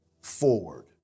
forward